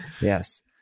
Yes